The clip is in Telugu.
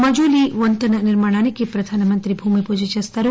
మజులీ వంతెన నిర్మాణానికి ప్రధాన మంత్రి భూమి పూజ చేస్తారు